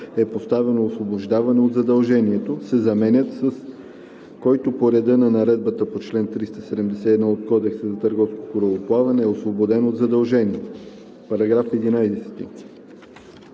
е постановено освобождаване от задължението“ се заменят с „който по реда на наредбата по чл. 371 от Кодекса на търговското корабоплаване е освободен от задължение“. По § 11